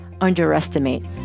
underestimate